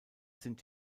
sind